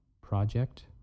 project